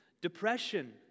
depression